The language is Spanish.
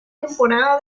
temporada